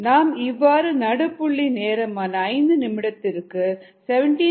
நாம் இவ்வாறு நடுப்புள்ளி நேரம் ஆன 5 நிமிடத்திற்கு 17